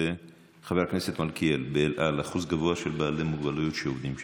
חבר הכנסת מלכיאל, של בעלי מוגבלות שעובדים שם.